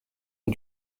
ont